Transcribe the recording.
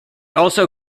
also